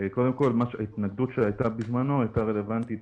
קודם כול, ההתנגדות בזמנו הייתה רלוונטית